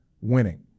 winning